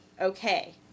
Okay